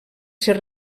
ser